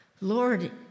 Lord